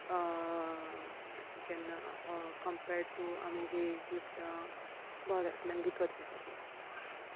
जेन्ना compared to आमी जीं गिफ्ट बाजारांतल्यान विकत घेता तीं